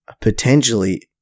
potentially